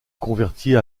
convertit